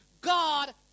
God